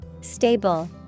Stable